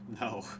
No